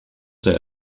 der